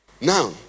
Now